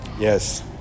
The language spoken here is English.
Yes